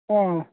ꯑꯣ